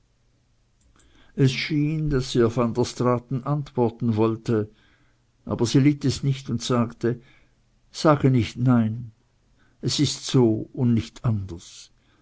es schien daß van der straaten antworten wollte aber sie litt es nicht und sagte sage nicht nein es ist so und nicht anders